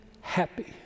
happy